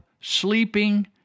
sleeping